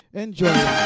enjoy